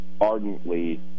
ardently